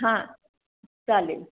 हां चालेल